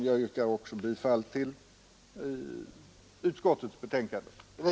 Jag yrkar också bifall till reservationen.